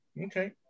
okay